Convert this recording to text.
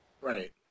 Right